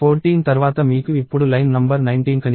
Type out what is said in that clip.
14 తర్వాత మీకు ఇప్పుడు లైన్ నంబర్ 19 కనిపిస్తుంది